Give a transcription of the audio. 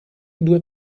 due